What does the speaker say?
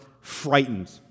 frightened